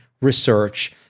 research